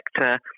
sector